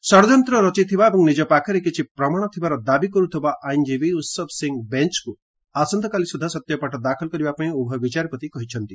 ଷଡଯନ୍ତ ରଚିଥିବା ଏବଂ ନିକ ପାଖରେ କିିି ପ୍ରମାଣ ଥିବା ଦାବି କର୍ତ୍ତିଥିବା ଆଇନଜୀବୀ ଉତ୍ସବ ସିଂ ବେଞ୍ଚକ୍ ଆସନ୍ତାକାଲି ସ୍ରଦ୍ଧା ସତ୍ୟପାଠ ଦାଖଲ କରିବା ପାଇଁ ଉଭୟ ବିଚାରପତି କହିଛନ୍ତି